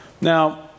Now